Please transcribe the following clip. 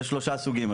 יש שלושה סוגים,